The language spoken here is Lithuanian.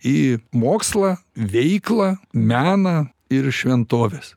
į mokslą veiklą meną ir šventoves